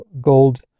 gold